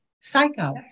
psycho